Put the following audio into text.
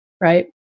right